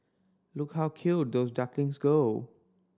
look how cute those ducklings go